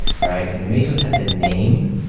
right? you know mesos had the name,